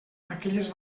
aquelles